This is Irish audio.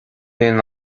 aon